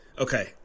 okay